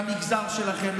למגזר שלכם,